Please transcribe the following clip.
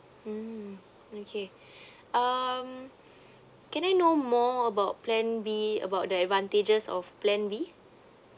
mm okay um can I know more about plan B about the advantages of plan B